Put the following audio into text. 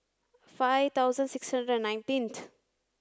five thousand six hundred and nineteenth